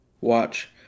watch